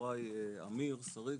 ומאחוריי אמיר סריג,